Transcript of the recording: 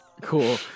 cool